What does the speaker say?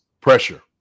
pressure